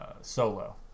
solo